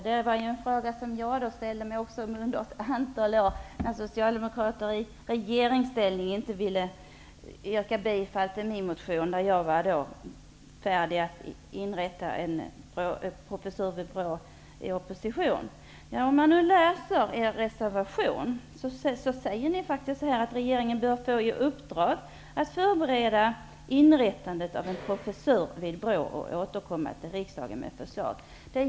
Det var en fråga som jag också ställde mig under ett antal år i opposition när Socialdemokraterna i regeringsställning inte ville yrka bifall till min motion där jag ville inrätta en professur vid BRÅ. Om man läser er reservation så säger ni faktiskt så här: ''Regeringen bör få i uppdrag att förbereda inrättandet av en professur vid BRÅ och återkomma till riksdagen med förslag.''